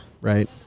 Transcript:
Right